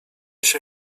się